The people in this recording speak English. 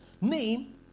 name